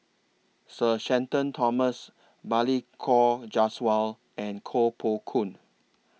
Sir Shenton Thomas Balli Kaur Jaswal and Koh Poh Koon